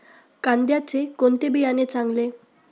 कांद्याचे कोणते बियाणे चांगले?